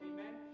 Amen